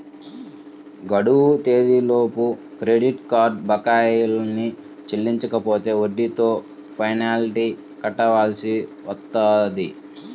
గడువు తేదీలలోపు credit card బకాయిల్ని చెల్లించకపోతే వడ్డీతో పెనాల్టీ కట్టాల్సి వత్తది